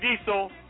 Diesel